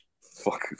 fuck